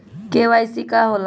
KYC का होला?